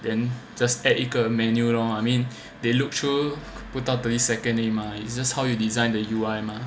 then just add 一个 menu lor I mean they look through 不到 thirty seconds 而已 mah it's just how you design the U_I mah